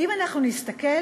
ואם אנחנו נסתכל,